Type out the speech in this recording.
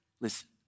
listen